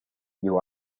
you